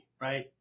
right